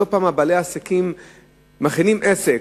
לא פעם בעלי עסקים מכינים עסק,